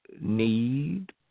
need